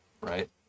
right